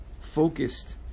focused